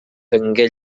tingué